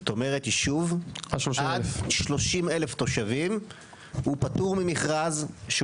זאת אומרת ישוב עד 30,000 תושבים הוא פטור ממכרז.